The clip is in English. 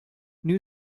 new